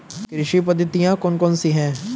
कृषि पद्धतियाँ कौन कौन सी हैं?